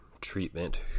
treatment